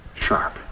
sharp